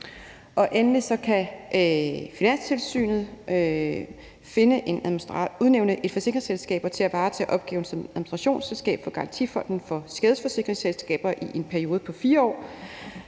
EU. Endelig kan Finanstilsynet udnævne et forsikringsselskab til at varetage opgaven med at være administrationsselskab for Garantifonden for skadesforsikringsselskaber i en periode på 4 år,